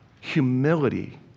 humility